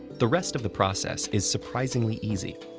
the rest of the process is surprisingly easy.